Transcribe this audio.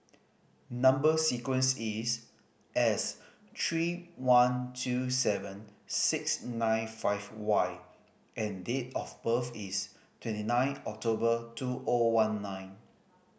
number sequence is S three one two seven six nine five Y and date of birth is twenty nine October two O one nine